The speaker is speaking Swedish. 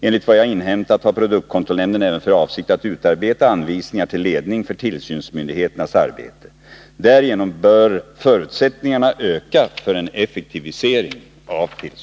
Enligt vad jag inhämtat har produktkontrollnämnden även för avsikt att utarbeta anvisningar till ledning för tillsynsmyndigheternas arbete. Därigenom bör förutsättningarna öka för en effektivisering av tillsynen.